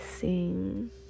sing